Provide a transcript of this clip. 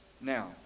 Now